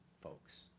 folks